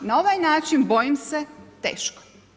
Na ovaj način bojim se teško.